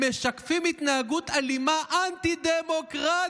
הם משקפים התנהגות אלימה אנטי-דמוקרטית,